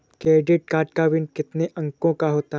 Credit card का PIN कितने अंकों का होता है?